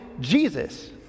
Jesus